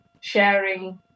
sharing